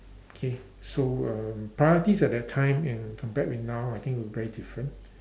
okay so uh priorities at that time and compared with now I think were very different